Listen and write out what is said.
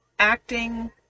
acting